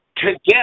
Together